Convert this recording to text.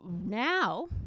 now